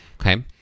Okay